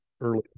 early